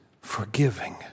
forgiving